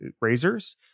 razors